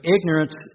ignorance